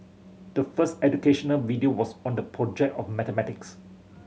the first educational video was on the project of mathematics